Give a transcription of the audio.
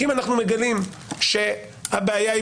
כי אם אנחנו מגלים שהבעיה היא